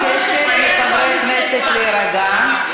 מבקשת מחברי הכנסת להירגע.